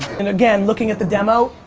and again, looking at the demo,